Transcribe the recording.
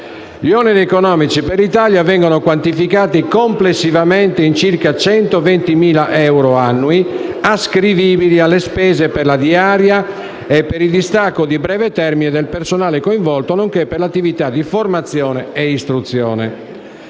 Gli oneri economici per l'Italia vengono quantificati complessivamente in circa 120.000 euro annui, ascrivibili alle spese per la diaria e per il distacco di breve termine del personale coinvolto, nonché per l'attività di formazione e istruzione.